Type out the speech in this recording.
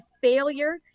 failure